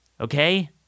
Okay